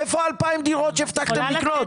איפה 2,000 דירות שהבטחתם לקנות?